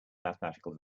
mathematical